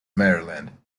maryland